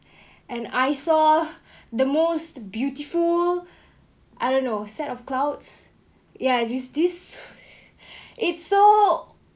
and I saw the most beautiful I don't know set of clouds ya this this it's so